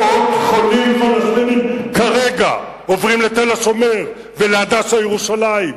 מאות חולים פלסטינים כרגע עוברים ל"תל השומר" ול"הדסה" ירושלים,